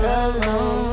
alone